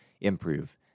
improve